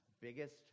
biggest